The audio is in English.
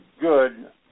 good